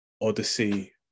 odyssey